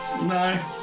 no